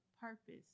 purpose